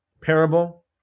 parable